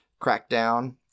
Crackdown